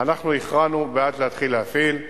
אנחנו הכרענו בעד להתחיל להפעיל,